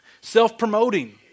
self-promoting